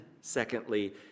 secondly